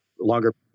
longer